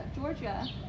Georgia